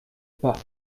pas